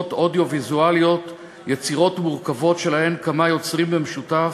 יצירות אודיו-ויזואליות יצירות מורכבות שלהן כמה יוצרים במשותף,